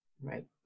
Right